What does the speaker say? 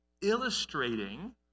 illustrating